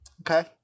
Okay